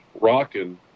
rocking